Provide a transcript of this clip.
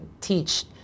teach